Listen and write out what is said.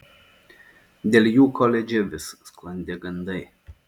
dėl jų koledže vis sklandė gandai